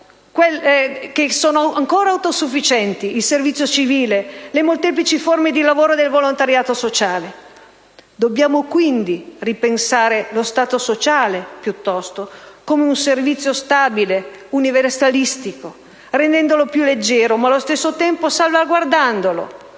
anziane ancora autosufficienti, il servizio civile, le molteplici forme di lavoro del volontariato sociale. Dobbiamo quindi ripensare lo Stato sociale, piuttosto, come un servizio stabile e universalistico, rendendolo più leggero, ma allo stesso tempo salvaguardandolo,